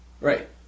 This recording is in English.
Right